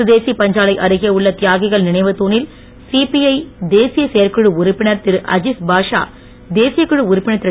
கதேசிப் பஞ்சாலை அருகே உள்ள தியாகிகள் நினைவுத் தூணில் சிபிஐ தேசிய செயற்குழு உறுப்பினர் திருஅதீஸ் பாஷா தேசியக் குழு உறுப்பினர் திரு